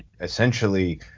essentially